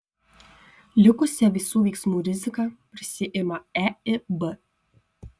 likusią visų veiksmų riziką prisiima eib